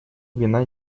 вина